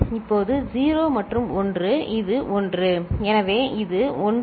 இப்போது 0 மற்றும் 1 இது 1 எனவே இது 1 0 0 0